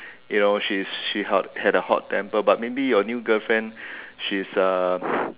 you know she's she had a hot temper but maybe your new girlfriend she is a